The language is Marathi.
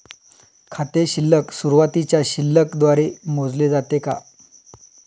खाते शिल्लक सुरुवातीच्या शिल्लक द्वारे मोजले जाते का?